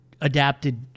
adapted